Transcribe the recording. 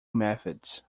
methods